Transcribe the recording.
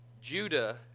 Judah